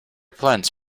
plans